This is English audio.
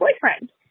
boyfriend